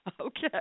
Okay